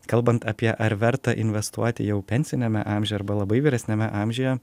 kalbant apie ar verta investuoti jau pensiniame amžiuje arba labai vyresniame amžiuje